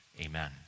Amen